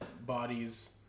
bodies